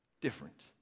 different